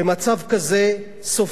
סופרים מעטים ביותר,